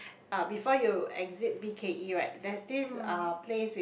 uh before you exit B_K_E right there's this uh place with